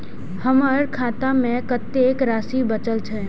हमर खाता में कतेक राशि बचल छे?